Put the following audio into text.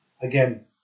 again